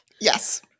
Yes